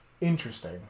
interesting